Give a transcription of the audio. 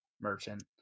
Merchant